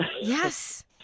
Yes